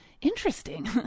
interesting